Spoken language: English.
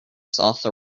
author